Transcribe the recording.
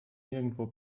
nirgendwo